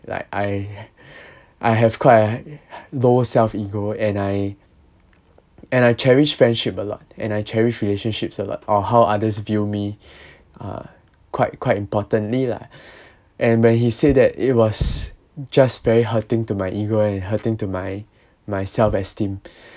like I I have quite a lower self ego and I and I cherish friendship a lot and I cherish relationships a lot or how others view me uh quite quite importantly lah and when he said that it was just very hurting to my ego and hurting to my my self esteem